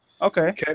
Okay